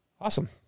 Awesome